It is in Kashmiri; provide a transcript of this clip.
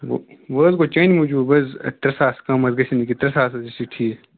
وۅں وۅنۍ حظ گوٚو چٲنی موٗجوٗب ترٛےٚ ساس کَم حظ گژھِ نہٕ کیٚنٛہہ ترٛےٚ ساس حظ چھُ ٹھیٖک